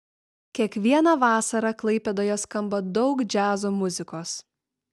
kiekvieną vasarą klaipėdoje skamba daug džiazo muzikos